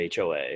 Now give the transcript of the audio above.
HOA